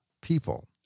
people